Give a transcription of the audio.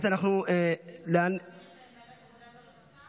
להעביר לוועדת העבודה והרווחה.